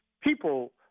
people